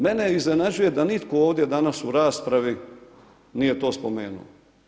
Mene iznenađuje da nitko ovdje danas u raspravi nije to spomenuo.